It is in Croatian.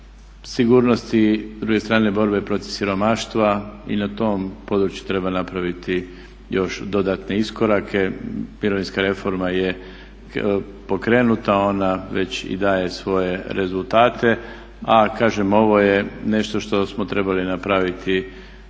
socijalne, s druge strane borbe protiv siromaštva i na tom području treba napraviti još dodatne iskorake. Mirovinska reforma je pokrenuta, ona već i daje svoje rezultate. A kažem, ovo je nešto što smo trebali napraviti